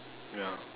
ya